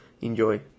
enjoy